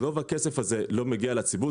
רוב הכסף הזה לא מגיע לציבור.